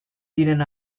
diren